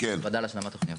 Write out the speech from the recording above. הוועדה להשלמת תוכניות.